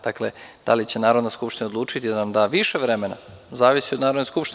Dakle, da li će Narodna skupština odlučiti da nam da više vremena zavisi od Narodne skupštine.